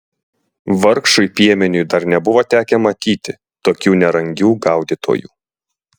vargšui piemeniui dar nebuvo tekę matyti tokių nerangių gaudytojų